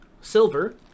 silver